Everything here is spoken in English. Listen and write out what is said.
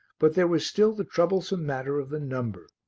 but there was still the troublesome matter of the number.